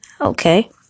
okay